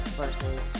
versus